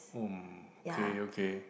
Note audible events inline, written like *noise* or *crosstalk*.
*noise* okay okay